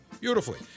beautifully